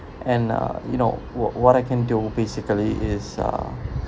and uh you know what what I can do basically is uh